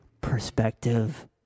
perspective